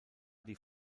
die